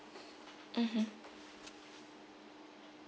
mmhmm